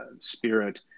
spirit